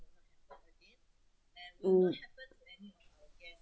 mm